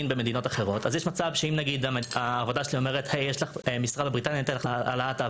זה ממש לא.